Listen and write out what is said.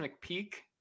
Peak